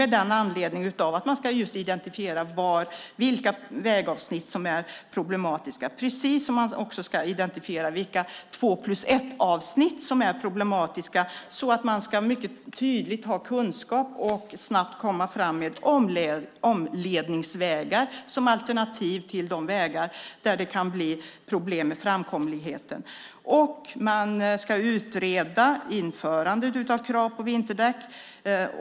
Det handlar om att identifiera vilka vägavsnitt som är problematiska, till exempel vilka två-plus-ett-avsnitt som är problematiska. På det sättet får man tydlig kunskap och kan snabbt komma fram med förslag på omledningsvägar som alternativ till de vägar där det kan bli problem med framkomligheten. Vägverket ska utreda ett införande av krav på vinterdäck.